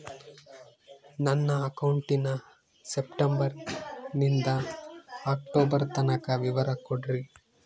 ನನ್ನ ಅಕೌಂಟಿನ ಸೆಪ್ಟೆಂಬರನಿಂದ ಅಕ್ಟೋಬರ್ ತನಕ ವಿವರ ಕೊಡ್ರಿ?